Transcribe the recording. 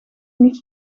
niet